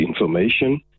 information